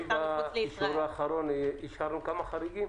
באישור האחרון אישרנו חמישה חריגים?